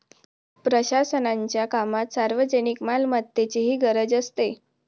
प्रशासनाच्या कामात सार्वजनिक मालमत्तेचीही गरज असते